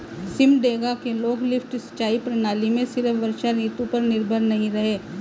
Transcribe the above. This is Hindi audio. सिमडेगा के लोग लिफ्ट सिंचाई प्रणाली से सिर्फ वर्षा ऋतु पर निर्भर नहीं रहे